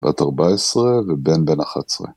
בת 14 ובן בן 11.